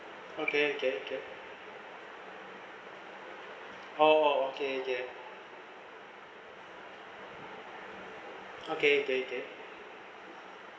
okay okay okay oh okay okay okay okay okay